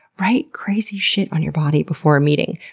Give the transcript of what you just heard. write crazy shit on your body before a meeting,